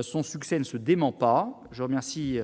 son succès ne se dément pas : je remercie